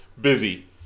busy